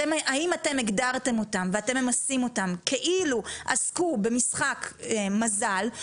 האם אתם הגדרתם אותם ואתם ממסים אותם כאילו עסקו במשחק מזל,